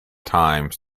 times